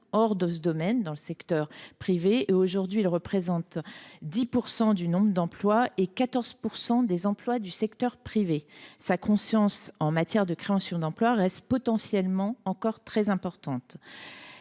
hors de ce domaine dans le secteur privé. Aujourd’hui, l’ESS représente 10 % du nombre d’emplois en France et 14 % des emplois du secteur privé. Sa capacité en matière de création d’emplois reste potentiellement encore très importante.